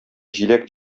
җиләк